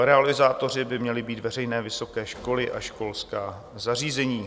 Realizátory by měli být veřejné vysoké školy a školská zařízení.